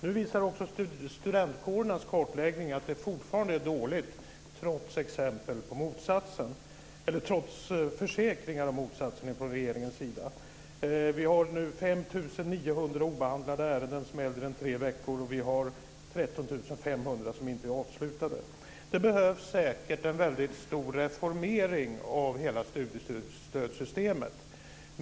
Nu visar också studentkårernas kartläggning att det fortfarande är dåligt, trots försäkringar om motsatsen från regeringens sida. Nu föreligger 5 900 Det behövs säkert en väldigt stor reformering av hela studiestödssystemet.